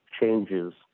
changes